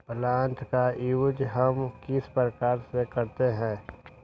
Plant का use हम किस प्रकार से करते हैं?